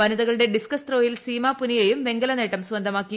വനിതകളുടെ ഡിസ്കസ് ത്രോയിൽ സീമാൂപുനിയയും വെങ്കല നേട്ടം സ്വന്തമാക്കി